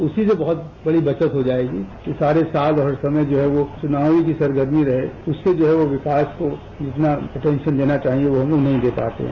उसी से बहुत बड़ी बचत हो जायेगी कि सारे साल और हर समय जो वह जो चुनावों की सरगर्मी रहे इससे जो वह विकास को इतना पोटेन्शियल देना चाहिए वो हम नहीं दे पाते हैं